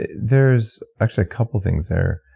there's actually a couple things there.